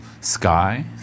sky